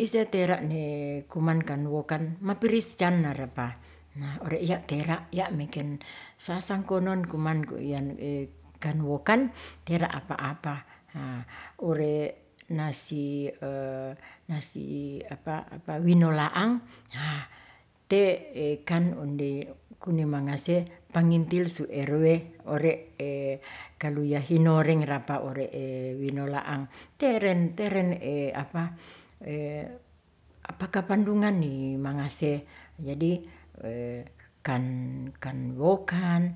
isetera ne kuman kan wokan mapiriscannarapa na one iya' tera ya' meken sasangkonon kumanku iyan kanwoken tera' apa-apa ure nasi winolaang te kan onde kunemangase pangintil su erwe ore' kaluya hinoreng rapa ore' winolaang teren teren kapandungan ni mangase, jadi kanwokan.